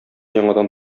яңадан